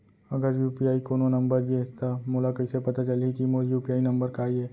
अगर यू.पी.आई कोनो नंबर ये त मोला कइसे पता चलही कि मोर यू.पी.आई नंबर का ये?